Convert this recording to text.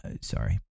sorry